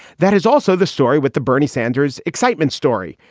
that is also the story with the bernie sanders excitement story.